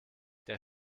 der